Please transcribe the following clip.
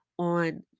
On